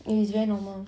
it's very normal